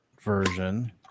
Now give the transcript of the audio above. version